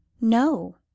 no